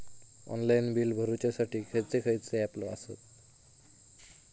Online bill भरुच्यासाठी खयचे खयचे ऍप आसत?